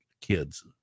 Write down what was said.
kids